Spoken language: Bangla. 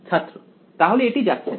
ছাত্র তাহলে এটি যাচ্ছে না